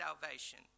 salvation